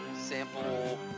sample